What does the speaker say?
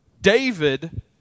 David